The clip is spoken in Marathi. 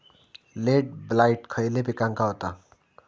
लेट ब्लाइट खयले पिकांका होता?